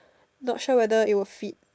not sure whether it will F I T